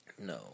No